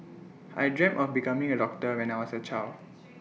I dreamt of becoming A doctor when I was A child